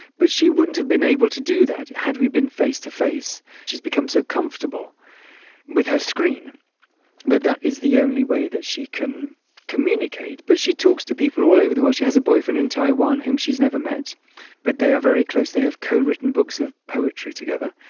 but she wouldn't have been able to do that had we been face-to-face. she's become so comfortable with her screen that that is the only way that she can communicate. but she talks to people all over the world. she has a boyfriend in taiwan whom she's never met but they are very close, they have co-written books of poetry together.